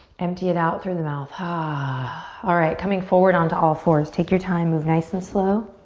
empty it out through the mouth. ah alright, coming forward on to all fours. take your time, move nice and slow.